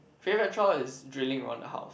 favourite choir is drilling on the house